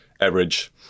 average